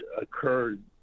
occurred